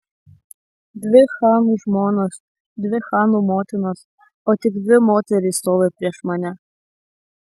dvi chanų žmonos dvi chanų motinos o tik dvi moterys stovi prieš mane